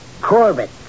Corbett